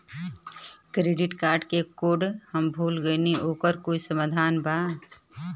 Credit card क code हम भूल गइली ओकर कोई समाधान बा?